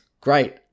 great